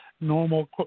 normal